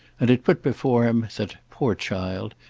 and it put before him that, poor child,